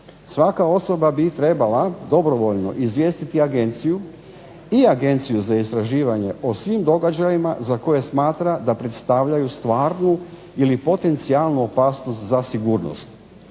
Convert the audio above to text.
svaka osoba bi trebala dobrovoljno izvijestiti agenciju i Agenciju za istraživanje o svim događajima za koje smatra da predstavljaju stvarnu ili potencijalnu opasnost za sigurnost.